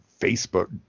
Facebook